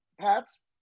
Pats